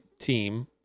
team